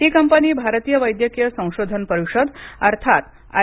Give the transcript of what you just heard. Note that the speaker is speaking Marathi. ही कंपनी भारतीय वैद्यकीय संशोधन परिषद अर्थात आय